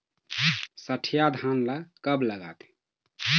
सठिया धान ला कब लगाथें?